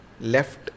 left